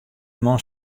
man